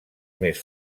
més